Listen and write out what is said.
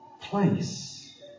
place